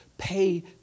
pay